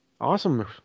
Awesome